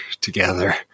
together